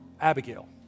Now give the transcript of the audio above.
Abigail